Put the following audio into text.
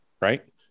right